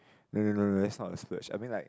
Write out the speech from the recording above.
no no no no that's not a splurge I mean like